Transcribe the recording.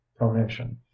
pronation